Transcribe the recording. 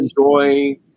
enjoy –